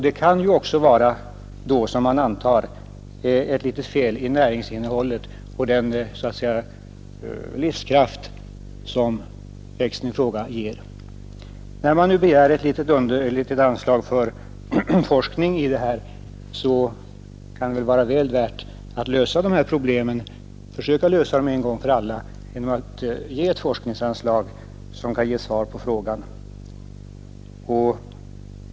Utöver smaken kan det då också vara fel i näringsinnehållet och låt mig även säga den livskraft som växten i fråga ger vid förtäringen. Det kan vara väl värt att ge det lilla forskningsanslag som här begärts, så att man kan försöka lösa dessa problem en gång för alla och ge svar på frågorna.